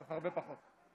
הרבה פחות.